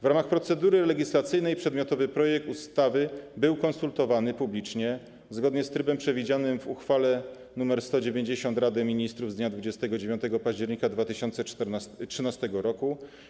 W ramach procedury legislacyjnej przedmiotowy projekt ustawy był konsultowany publicznie zgodnie z trybem przewidzianym w uchwale nr 190 Rady Ministrów z dnia 29 października 2013 r.